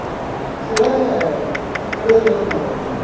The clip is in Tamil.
சில கெடுதல்களும் அதில் இருக்கின்றது